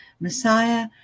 Messiah